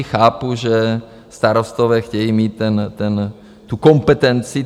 Chápu, že starostové chtějí mít tu kompetenci.